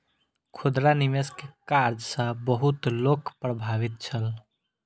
खुदरा निवेश के कार्य सॅ बहुत लोक प्रभावित छल